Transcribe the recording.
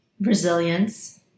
resilience